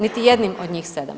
Niti jednim od njih 7.